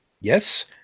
yes